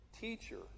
teacher